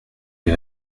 les